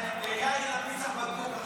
אם כן, אנחנו מצביעים כרגע על